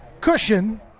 cushion